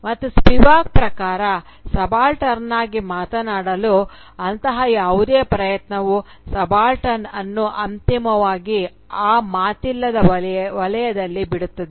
ಮತ್ತು ಸ್ಪಿವಾಕ್ ಪ್ರಕಾರ ಸಬಾಲ್ಟರ್ನ್ಗಾಗಿ ಮಾತನಾಡಲು ಅಂತಹ ಯಾವುದೇ ಪ್ರಯತ್ನವು ಸಬಾಲ್ಟರ್ನ್ ಅನ್ನು ಅಂತಿಮವಾಗಿ ಆ ಮಾತಿಲ್ಲದ ವಲಯದಲ್ಲಿ ಬಿಡುತ್ತದೆ